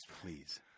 Please